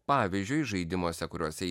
pavyzdžiui žaidimuose kuriuose